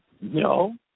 No